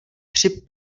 při